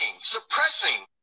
suppressing